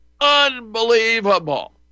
Unbelievable